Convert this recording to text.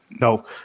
no